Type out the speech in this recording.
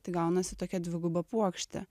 tai gaunasi tokia dviguba puokštė